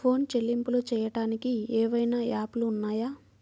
Phone చెల్లింపులు చెయ్యటానికి ఏవైనా యాప్లు ఉన్నాయా?